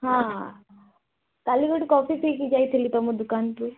ହଁ କାଲି ଗୋଟେ କଫି ପିଇକି ଯାଇଥିଲି ତୁମ ଦୋକାନରୁ